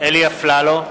אלי אפללו,